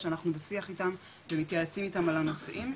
שאנחנו בשיח איתם ומתייעצים איתם על הנושאים.